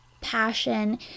passion